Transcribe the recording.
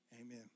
amen